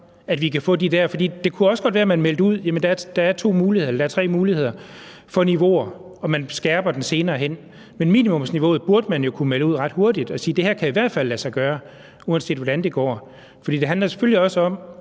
at vi kan få de der retningslinjer. For det kunne også godt være, man meldte ud, at der er tre muligheder for niveauer, og at man skærper dem senere hen. Men minimumsniveauet burde man jo kunne melde ud om ret hurtigt og sige, at det her kan i hvert fald lade sig gøre, uanset hvordan det går. For det handler selvfølgelig også om,